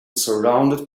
surrounded